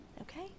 Okay